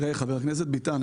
חבר הכנסת ביטן,